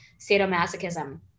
sadomasochism